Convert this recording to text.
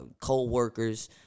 coworkers